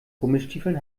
gummistiefeln